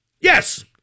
Yes